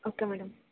okay madam